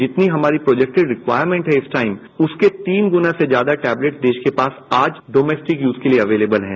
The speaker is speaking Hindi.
जिसमें हमारी प्रोजैक्टेड रिक्वायरमेन्ट हैं इस टाइम उसके तीन गुना से ज्यादा टैबलेट देश के पास आज डोमेस्टिक यूज के लिये अवेलेबल हैं